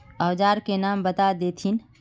औजार के नाम बता देथिन?